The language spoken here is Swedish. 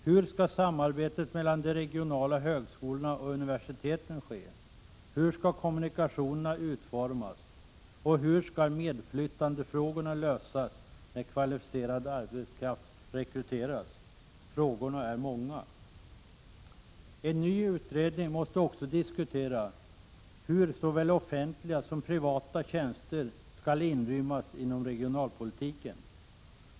Hur skall samarbetet mellan de regionala högskolorna och universiteten ske, hur skall kommunikationerna utformas, hur skall medflyttandefrågorna lösas när kvalificerad arbetskraft rekryteras? Frågorna är många. En ny utredning måste också diskutera hur såväl offentliga som privata tjänster skall inrymmas inom regionalpolitiken.